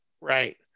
right